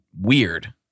weird